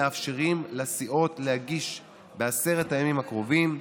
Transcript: מאפשרים לסיעות להגיש בעשרת הימים הקרובים בקשה,